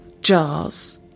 jars